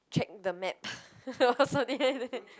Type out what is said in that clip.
check the map or something like that